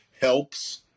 helps